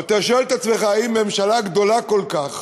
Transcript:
אבל אתה שואל את עצמך האם ממשלה גדולה כל כך,